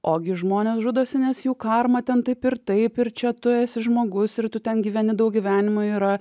ogi žmonės žudosi nes jų karma ten taip ir taip ir čia tu esi žmogus ir tu ten gyveni daug gyvenimų yra